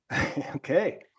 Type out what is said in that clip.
Okay